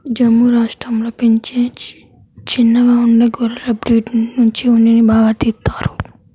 జమ్ము రాష్టంలో పెంచే చిన్నగా ఉండే గొర్రెల బ్రీడ్ నుంచి ఉన్నిని బాగా తీత్తారు